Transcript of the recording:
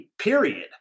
period